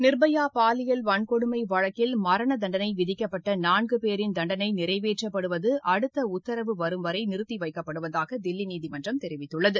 நிர்பயா பாலியல் வன்கொடுமை வழக்கில் மரண தண்டனை விதிக்கப்பட்ட நான்கு பேரின் தண்டனை நிறைவேற்றப்படுவது அடுத்த உத்தரவு வரும் வளர நிறுத்தி வைக்கப்படுவதாக தில்லி நீதிமன்றம் தெரிவித்துள்ளது